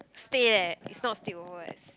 stay leh it's not sleepover eh s~